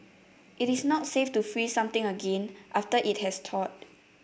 it is not safe to freeze something again after it has thawed